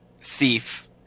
thief